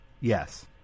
Yes